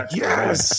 yes